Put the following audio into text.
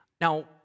Now